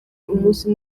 umunsi